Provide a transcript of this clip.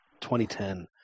2010